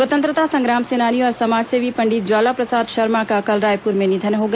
स्वतंत्रता संग्राम सेनानी और समाजसेवी पंडित ज्वाला प्रसाद शर्मा का कल रायपुर में निधन हो गया